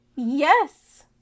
Yes